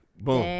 Boom